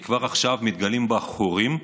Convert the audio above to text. כי כבר עכשיו מתגלים בה חורים,